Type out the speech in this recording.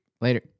Later